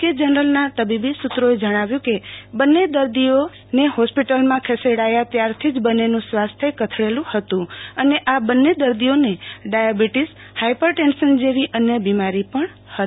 કે જનરલનાં તબીબી સુત્રોએ જણાવ્યું કે બંને દર્દીઓને હોસ્પિટલમાં ખસેડાયા ત્યારે થી જ બનેનું સ્વાસ્થ્ય કથળેલું હતું અને આ બને દર્દીઓને ડાયાબિટીસહાયપર ટેન્શન જેવી અન્ય બિમારી પણ હતી